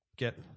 get